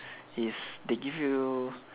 yes they give you